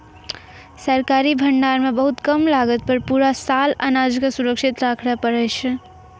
सरकारी भंडार मॅ बहुत कम लागत पर पूरा साल अनाज सुरक्षित रक्खैलॅ पारै छीं